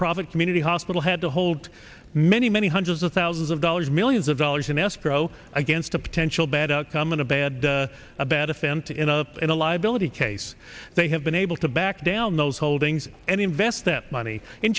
profit community hospital had to hold many many hundreds of thousands of dollars millions of dollars in escrow against a potential bad outcome in a bad a bad offense in a in a liability case they have been able to back down those holdings and invest that money